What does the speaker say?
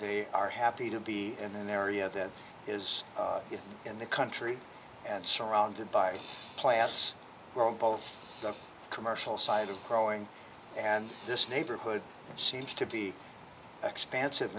they are happy to be in an area that is in the country and surrounded by plants grow both the commercial side of growing and this neighborhood seems to be expansive